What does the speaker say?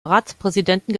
ratspräsidenten